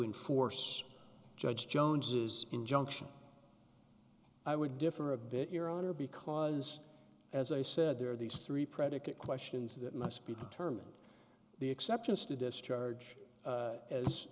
enforce judge jones's injunction i would differ a bit your honor because as i said there are these three predicate questions that must be determined the exceptions to discharge